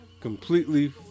completely